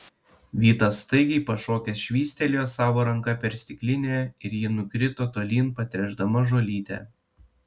vytas staigiai pašokęs švystelėjo savo ranka per stiklinę ir ji nukrito tolyn patręšdama žolytę